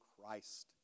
Christ